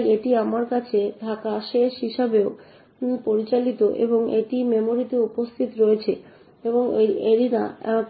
তাই এটি আমার কাছে থাকা শেষ হিসাবেও পরিচিত এবং এটি মেমরিতে উপস্থিত রয়েছে এবং এরিনা